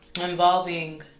involving